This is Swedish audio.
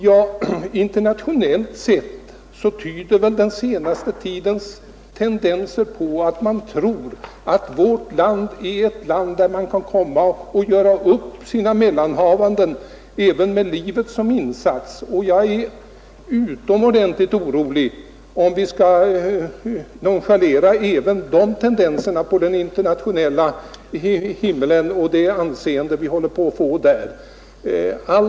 Ja, internationellt sett tyder Nr 54 väl den senaste tidens tendenser på att många tror att vårt land är ett land Fredagen den dit människor kan komma och göra upp sina mellanhavanden även med 7 april 1972 livet som insats. Jag är utomordentligt orolig om man nonchalerar även ————— dessa tendenser på den internationella himlen och det anseende vi håller BRA till kriminalvården på att få internationellt.